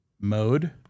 mode